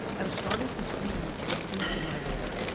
am starting to see the fruits of my labor.